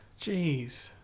Jeez